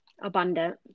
Abundant